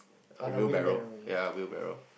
a wheelbarrow yea a wheelbarrow